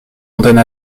antenne